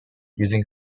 using